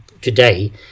today